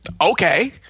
Okay